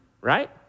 right